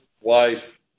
wife